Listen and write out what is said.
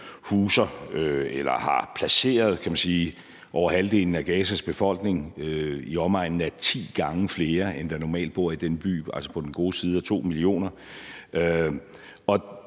huser eller har placeret, kan man sige, over halvdelen af Gazas befolkning. Det er i omegnen af ti gange flere, end der normalt bor i den by, og altså på den gode side af 2 millioner.